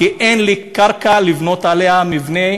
כי אין לי קרקע לבנות עליה מבני חינוך.